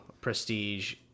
Prestige